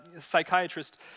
psychiatrist